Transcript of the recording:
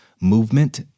movement